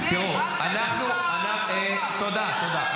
תראו, תודה, תודה.